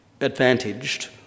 advantaged